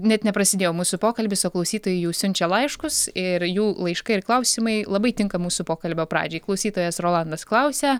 net neprasidėjo mūsų pokalbis o klausytojai jau siunčia laiškus ir jų laiškai ir klausimai labai tinka mūsų pokalbio pradžiai klausytojas rolandas klausia